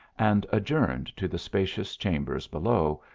and adjourned to the spacious chambers below,